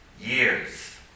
years